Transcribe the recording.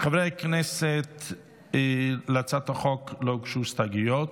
חברי הכנסת, להצעת החוק לא הוגשו הסתייגויות,